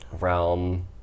realm